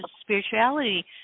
spirituality